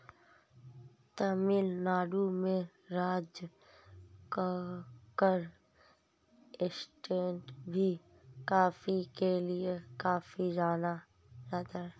तमिल नाडु में राजकक्कड़ एस्टेट भी कॉफी के लिए काफी जाना जाता है